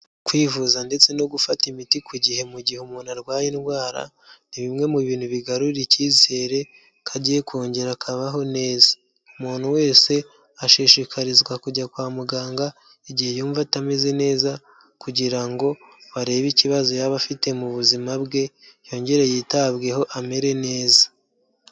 Kwivuza ndetse no gufata imiti ku gihe mu gihe umuntu arwaye indwara, ni bimwe mu bintu bigarura icyizere ko agiye kongera akabaho neza. Umuntu wese, ashishikarizwa kujya kwa muganga, igihe yumva atameze neza kugira ngo barebe ikibazo yaba afite mu buzima bwe, yongere yitabweho, amere neza.